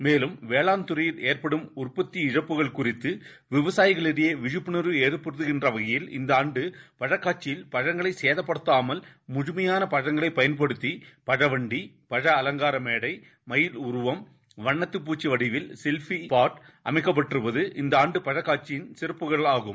மேலும்வேளாண்துறையில்ஏற்படும்உற்பத்திஇழப்புகள்குறித்துவிவசாயிகளி டையேவிழிப்புணர்வுஏற்படுத்தும்வகையில்இந்தஆண்டுபழக்காட்சியில்பழ ங்களைசேதப்படுத்தாமல்முழுமையானபழங்களைபயன்படுத்திபழவண்டி பழஅலங்காரமேடை மயில்உருவம் வண்ணத்துபூச்சிவடிவில்செல்பிஸ்பாட்அமைக்கப்பட்டிருப்பது இந்தஆண்டுபழக்காட்சியின்சிறப்புகள்ஆகும்